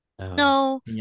No